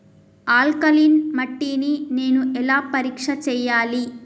Alkaline మట్టి ని నేను ఎలా పరీక్ష చేయాలి?